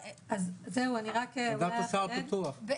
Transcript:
ועדת הסל פתוחה.